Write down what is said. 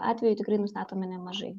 atveju tikrai nustatome nemažai